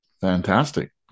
Fantastic